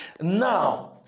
Now